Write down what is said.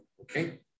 okay